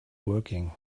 working